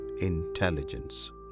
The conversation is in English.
intelligence